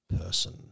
person